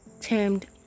termed